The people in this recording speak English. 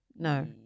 No